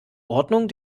ordnung